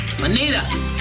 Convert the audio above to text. Manita